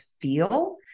feel